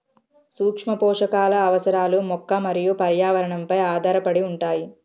సూక్ష్మపోషకాల అవసరాలు మొక్క మరియు పర్యావరణంపై ఆధారపడి ఉంటాయి